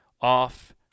off